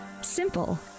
Simple